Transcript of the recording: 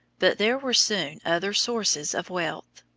there were soon other sources of wealth.